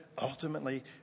ultimately